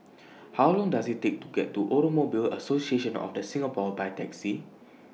How Long Does IT Take to get to Automobile Association of The Singapore By Taxi